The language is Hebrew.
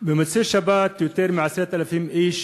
במוצאי שבת יותר מ-10,000 איש,